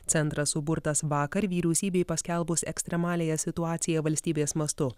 centras suburtas vakar vyriausybei paskelbus ekstremaliąją situaciją valstybės mastu